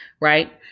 Right